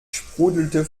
sprudelte